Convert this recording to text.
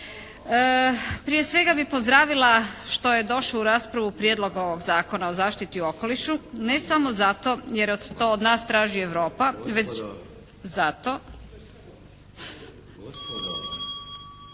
Prije svega bih pozdravila što je došao u raspravu Prijedlog ovog Zakona o zaštiti okoliša ne samo zato jer to od nas traži Europa, već zato